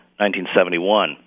1971